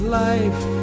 life